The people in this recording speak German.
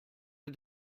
der